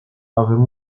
avem